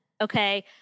okay